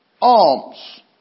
alms